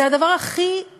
זה הדבר הכי